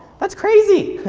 that's crazy!